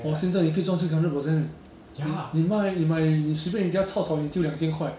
!wah! 现在你可以赚 six hundred percent eh 你你卖你买你随便一加 cao cao 你就有两千块